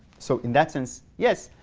so in that sense, yes,